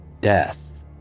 death